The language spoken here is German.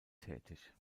tätig